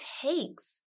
takes